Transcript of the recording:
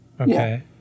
Okay